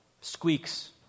squeaks